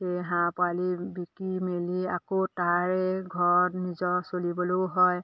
সেই হাঁহ পোৱালি বিকি মেলি আকৌ তাৰে ঘৰত নিজৰ চলিবলৈও হয়